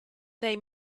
they